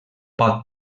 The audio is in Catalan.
pot